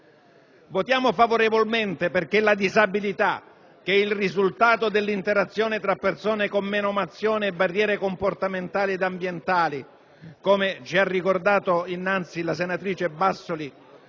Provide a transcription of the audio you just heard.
Votiamo favorevolmente perché la disabilità, che è il risultato dell'interazione tra persone con menomazione e barriere comportamentali ed ambientali - come ci ha ricordato poc'anzi la senatrice Bassoli